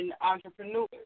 entrepreneurs